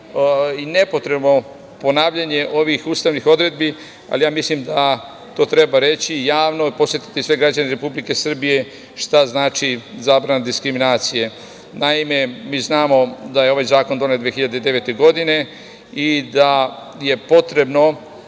i nepotrebno ponavljanje ovih ustavnih odredbi, ali ja mislim da to treba reći, javno, podsetiti sve građane Republike Srbije šta znači zabrana diskriminacije. Naime, mi znamo da je ovaj zakon donet 2009. godine i da je bilo potrebno